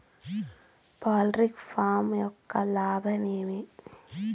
poultry farm యొక్క లాభాలు ఏమి